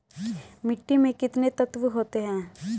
मिट्टी में कितने तत्व होते हैं?